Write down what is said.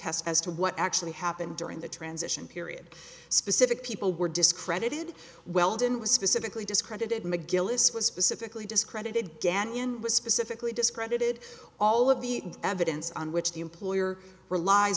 test as to what actually happened during the transition period specific people were discredited weldon was specifically discredited mcgillis was specifically discredited gagnon was specifically discredited all of the evidence on which the employer relie